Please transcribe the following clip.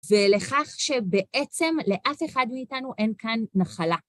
ולכך שבעצם לאף אחד מאיתנו אין כאן נחלה.